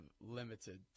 limited